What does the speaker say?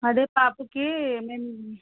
అదే పాపకి మేము